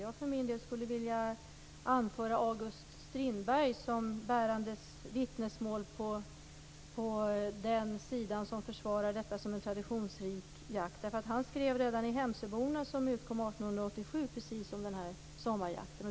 Jag skulle för min del vilja anföra August Strindberg som bärande vittnesmål på den sidan som försvarar den som en traditionsrik jakt, därför att han skrev om sommarjakten redan i Hemsöborna, som utkom 1887.